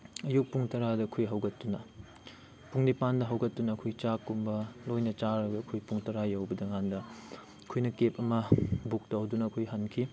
ꯑꯌꯨꯛ ꯄꯨꯡ ꯇꯔꯥꯗ ꯑꯩꯈꯣꯏ ꯍꯧꯒꯠꯇꯨꯅ ꯄꯨꯡ ꯅꯤꯄꯥꯟꯗ ꯍꯧꯒꯠꯇꯨꯅ ꯑꯩꯈꯣꯏ ꯆꯥꯛ ꯀꯨꯝꯕ ꯂꯣꯏꯅ ꯆꯥꯔꯒ ꯑꯩꯈꯣꯏ ꯄꯨꯡ ꯇꯔꯥ ꯌꯧꯕꯗ ꯀꯥꯟꯗ ꯑꯩꯈꯣꯏꯅ ꯀꯦꯕ ꯑꯃ ꯕꯨꯛ ꯇꯧꯗꯨꯅ ꯑꯩꯈꯣꯏ ꯍꯟꯈꯤ